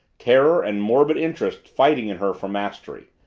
terror and morbid interest fighting in her for mastery.